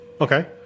okay